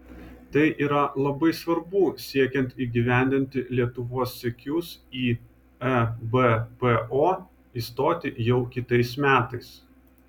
tai yra labai svarbu siekiant įgyvendinti lietuvos siekius į ebpo įstoti jau kitais metais